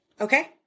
Okay